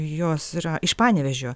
jos yra iš panevėžio